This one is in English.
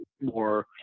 more